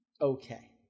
okay